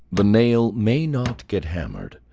the nail may not get hammered.